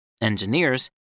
engineers